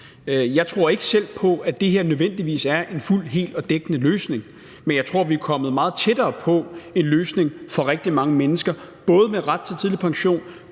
Jeg tror ikke selv på, at det her nødvendigvis er en fuld, hel og dækkende løsning, men jeg tror, at vi er kommet meget tættere på en løsning for rigtig mange mennesker med ret til tidlig pension